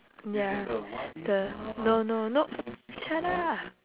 ya the no no no shut up